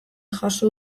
jaso